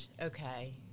Okay